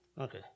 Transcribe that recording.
Okay